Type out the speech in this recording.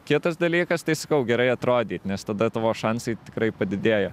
kitas dalykas tai sakau gerai atrodyt nes tada tavo šansai tikrai padidėja